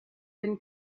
been